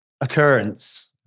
occurrence